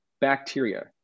bacteria